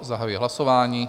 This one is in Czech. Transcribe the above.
Zahajuji hlasování.